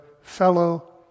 fellow